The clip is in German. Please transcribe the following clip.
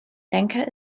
lenker